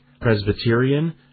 Presbyterian